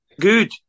Good